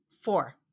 four